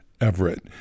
Everett